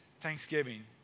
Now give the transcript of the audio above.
Thanksgiving